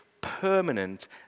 permanent